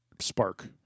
spark